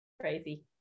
Crazy